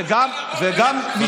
וגם משפחתו,